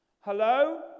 Hello